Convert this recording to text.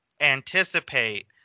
Anticipate